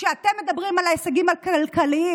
כשאתם מדברים על ההישגים הכלכליים,